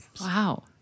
Wow